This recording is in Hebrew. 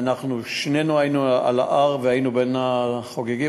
שנינו היינו על ההר בין החוגגים,